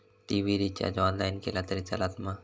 TV recharge online केला तरी चलात मा?